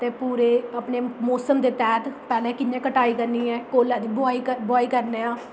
ते पूरे अपने मौसम दे तैह्त पैह्लें कि'यां कटाई करनी ऐ बुहाई करनी ऐ